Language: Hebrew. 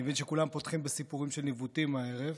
אני מבין שכולם פותחים בסיפורים של ניווטים הערב,